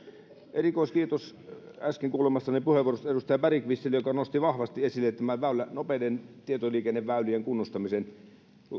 erikoiskiitos äsken kuulemastani puheenvuorosta edustaja bergqvistille joka nosti vahvasti esille tämän nopeiden tietoliikenneväylien kunnostamisen